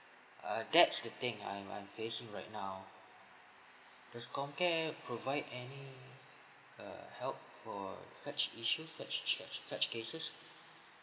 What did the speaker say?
err that's the thing I'm I'm facing right now does comcare provide any err help for such issues such such such cases